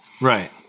Right